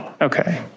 Okay